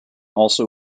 also